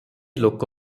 ଲୋକ